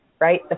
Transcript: right